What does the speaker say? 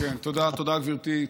תודה, גברתי.